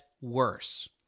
worse